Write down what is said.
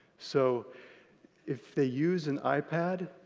so if they use an ipad,